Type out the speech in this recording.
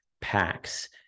packs